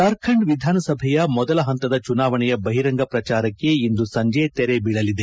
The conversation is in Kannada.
ಜಾರ್ಖಂಡ್ ವಿಧಾನಸಭೆಯ ಮೊದಲ ಹಂತದ ಚುನಾವಣೆಯ ಬಹಿರಂಗ ಪ್ರಚಾರಕ್ಕೆ ಇಂದು ಸಂಜೆ ತೆರೆ ಬೀಳಲಿದೆ